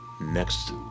next